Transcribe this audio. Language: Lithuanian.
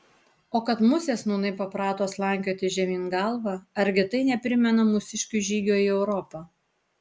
o kad musės nūnai paprato slankioti žemyn galva argi tai neprimena mūsiškių žygio į europą